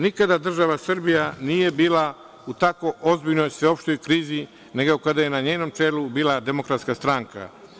Nikada država Srbija nije bila u tako ozbiljnoj sveopštoj krizi nego kada je na njenom čelu bila Demokratska stranka.